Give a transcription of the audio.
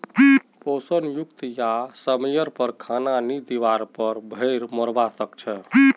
पोषण युक्त या समयर पर खाना नी दिवार पर भेड़ मोरवा सकछे